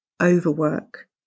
overwork